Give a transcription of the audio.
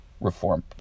reform